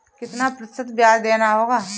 कितना प्रतिशत ब्याज देना होगा?